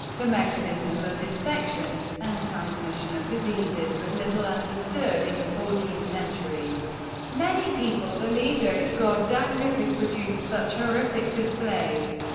the mechanism of infection and transmission of diseases was little understood in the fourteenth century many people believed only god's anger could produce such horrific displays.